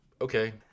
okay